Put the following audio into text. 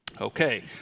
Okay